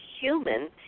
human